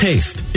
Taste